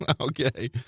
Okay